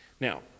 Now